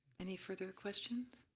any further questions?